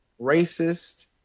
racist